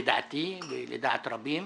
לדעתי ולדעת רבים.